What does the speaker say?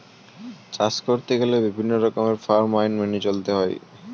চাষ করতে গেলে বিভিন্ন রকমের ফার্ম আইন মেনে চলতে হয়